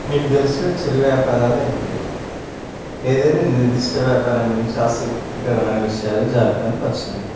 మీకు తెలిసిన చిరు వ్యాపారాలు ఏంటి ఏదైనా నిర్దిష్ట వ్యాపారం గురించి ఆసక్తికరమైన విషయాల జాబితాను పరచండి